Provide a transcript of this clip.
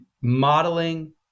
modeling